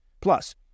Plus